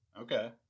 Okay